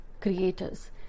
creators